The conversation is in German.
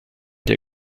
der